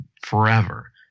forever